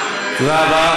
תודה רבה.